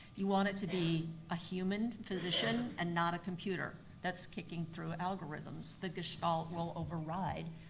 you want it to be a human physician and not a computer that's kicking through algorithms. the gestalt will override.